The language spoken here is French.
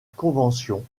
convention